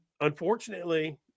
unfortunately